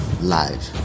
live